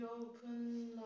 open